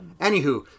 anywho